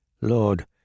lord